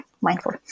mindful